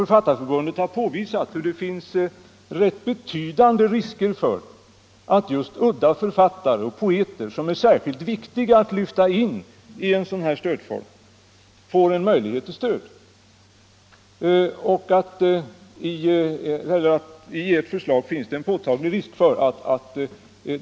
Författarförbundet har påvisat att det finns en påtaglig risk för att just udda författare och poeter, som det är särskilt viktigt att lyfta in i en sådan här stödform, enligt ert förslag trillar ut.